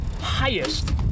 highest